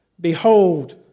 Behold